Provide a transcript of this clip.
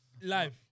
live